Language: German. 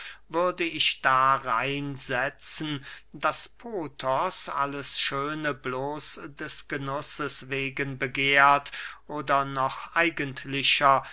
würde ich darin setzen daß pothos alles schöne bloß des genusses wegen begehrt oder noch eigentlicher